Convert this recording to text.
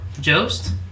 Jost